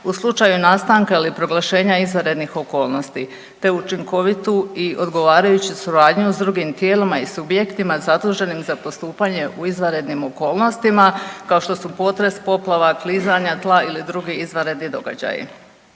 u slučaju nastanka ili proglašenja izvanrednih okolnosti te učinkovitu i odgovarajuću suradnju s drugim tijelima i subjektima zaduženim za postupanje u izvanrednim okolnostima kao što su potres, poplava, klizanja tla ili drugi izvanredni događaji.